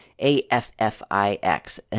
A-F-F-I-X